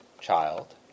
child